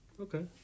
okay